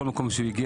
בכל מקום שהגיע.